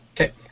Okay